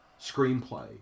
screenplay